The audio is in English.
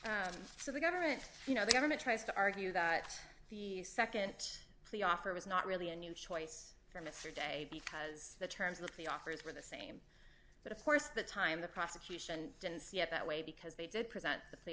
so the government you know the government tries to argue that the nd plea offer was not really a new choice for mr de because the terms of the offers were the same but of course the time the prosecution didn't see it that way because they did present the